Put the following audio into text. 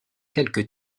quelque